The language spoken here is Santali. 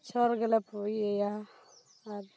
ᱵᱚᱪᱷᱚᱨ ᱜᱮᱞᱮ ᱤᱭᱟᱹᱭᱟ ᱟᱨ